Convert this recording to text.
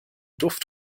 duft